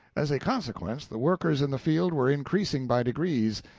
as a consequence the workers in the field were increasing by degrees,